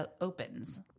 opens